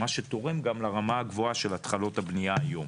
מה שתורם גם לרמה הגבוהה של התחלות הבנייה היום.